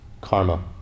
karma